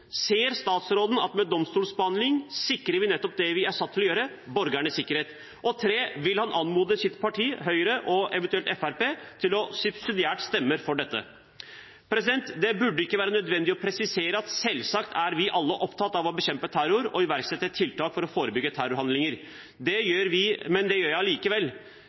Ser statsråden at med domstolsbehandling sikrer vi nettopp det vi er satt til å gjøre – ivareta borgernes sikkerhet? Vil han anmode sitt parti, Høyre, og eventuelt Fremskrittspartiet, om subsidiært å stemme for dette? Det burde ikke være nødvendig å presisere at selvsagt er vi alle opptatt av å bekjempe terror og iverksette tiltak for å forebygge terrorhandlinger, men det gjør jeg allikevel.